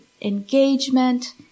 engagement